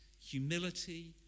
humility